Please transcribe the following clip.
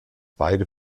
beide